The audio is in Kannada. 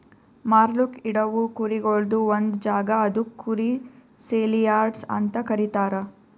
ಮಾರ್ಲುಕ್ ಇಡವು ಕುರಿಗೊಳ್ದು ಒಂದ್ ಜಾಗ ಅದುಕ್ ಕುರಿ ಸೇಲಿಯಾರ್ಡ್ಸ್ ಅಂತ ಕರೀತಾರ